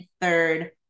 third